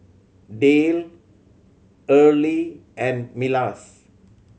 Dale Earley and Milas